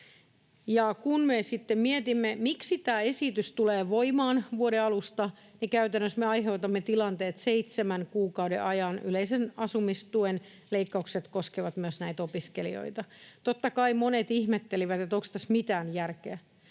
sitten mietimme, miksi tämä esitys tulee voimaan vuoden alusta, niin käytännössä me aiheutamme sen tilanteen, että seitsemän kuukauden ajan yleisen asumistuen leikkaukset koskevat myös näitä opiskelijoita. Totta kai monet ihmettelivät, onko tässä mitään järkeä,